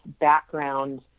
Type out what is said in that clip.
background